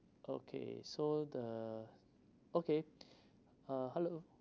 okay so the okay uh hello